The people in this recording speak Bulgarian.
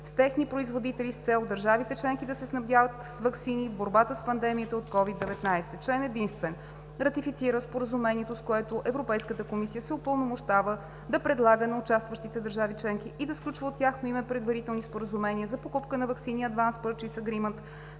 с техни производители с цел държавите членки да се снабдят с ваксини в борбата с пандемията от COVID-19 Член единствен. Ратифицира Споразумението, с което Европейската комисия се упълномощава да предлага на участващите държави членки и да сключва от тяхно име предварителни споразумения за покупка на ваксини (Advance Purchase Agreement)